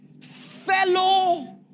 fellow